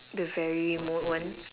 the very remote one